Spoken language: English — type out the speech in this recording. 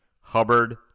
Hubbard